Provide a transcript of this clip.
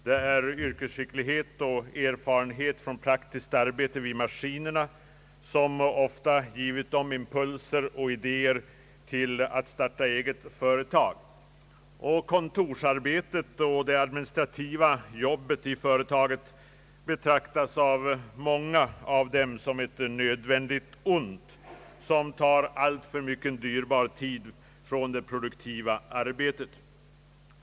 Det är yrkesskicklighet och erfarenhet från praktiskt arbete vid maskinerna som ofta givit företagarna impulser och idéer till att starta eget företag. Det administrativa arbetet i företaget betraktar många av dem som ett nödvändigt ont vilket tar alltför mycken dyrbar tid från det produktiva arbetet.